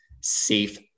safe